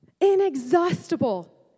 Inexhaustible